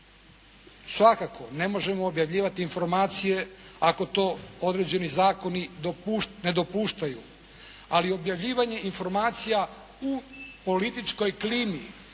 Svakako ne možemo objavljivati informacije ako to određeni zakoni ne dopuštaju. Ali objavljivanje informacija u političkoj klimi